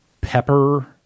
pepper